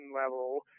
level